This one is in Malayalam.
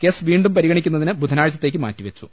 കേസ് വീണ്ടും പരിഗ ണിക്കുന്നതിന് ബുധനാഴ്ചത്തേക്ക് മാറ്റി വെച്ചു